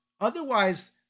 Otherwise